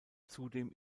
zudem